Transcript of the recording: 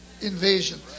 Invasion